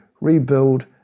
rebuild